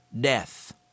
Death